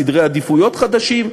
סדרי עדיפויות חדשים,